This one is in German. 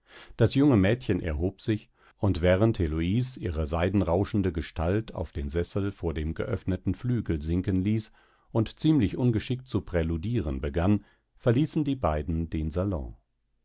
das junge mädchen erhob sich und während heloise ihre seidenrauschende gestalt auf den sessel vor dem geöffneten flügel sinken ließ und ziemlich ungeschickt zu präludieren begann verließen die beiden den salon